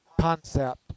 concept